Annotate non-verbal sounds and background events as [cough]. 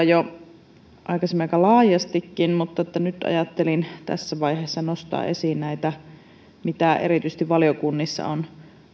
[unintelligible] jo aikaisemmin aika laajastikin useammassa vaiheessa keskustelua ajattelin nyt tässä vaiheessa nostaa esiin näitä lisäyksiä mitä erityisesti valiokunnissa on